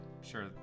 Sure